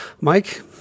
Mike